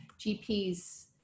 gps